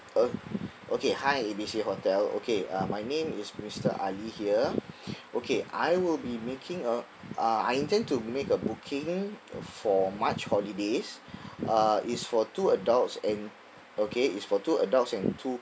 uh okay hi A B C hotel okay uh my name is mister ali here okay I will be making a uh I intend to make a booking for march holidays uh it's for two adults and okay it's for two adults and two